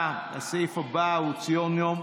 הסתיימו נאומים בני דקה, והסעיף הבא הוא ציון יום,